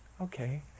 Okay